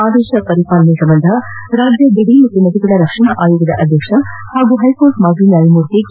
ಆದೇಶ ಪರಿಪಾಲನೆ ಸಂಬಂಧ ರಾಜ್ಯ ಗಡಿ ಮತ್ತು ನದಿಗಳ ರಕ್ಷಣಾ ಆಯೋಗದ ಅಧ್ಯಕ್ಷ ಹಾಗೂ ಹೈಕೋರ್ಟ್ ಮಾಜಿ ನ್ಯಾಯಮೂರ್ತಿ ಕೆ